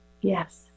Yes